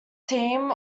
team